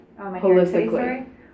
holistically